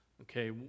okay